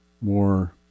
more